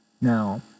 Now